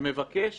שמבקש